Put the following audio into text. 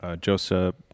Joseph